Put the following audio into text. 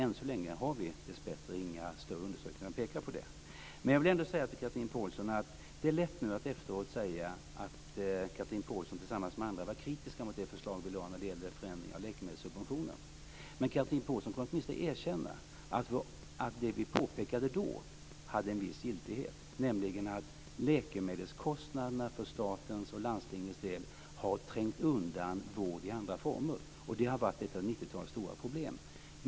Än så länge har vi dessbättre inga större undersökningar som pekar på det. Det är lätt för Chatrine Pålsson att nu efteråt säga att hon tillsammans med andra var kritiska mot det förslag vi lade fram när det gällde förändringen av läkemedelssubventionerna. Men Chatrine Pålsson kunde åtminstone erkänna att det vi påpekade då hade en viss giltighet, nämligen att läkemedelskostnaderna för statens och landstingens del har trängt undan vård i andra former. Det har varit ett av 90-talets stora problem.